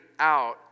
out